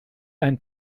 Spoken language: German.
ein